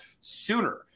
sooner